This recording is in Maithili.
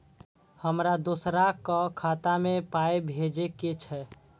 हमरा दोसराक खाता मे पाय भेजे के छै?